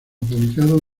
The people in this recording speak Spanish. publicado